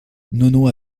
nono